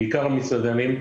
בעיקר המסעדנים,